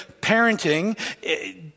parenting